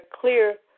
clear